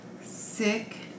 sick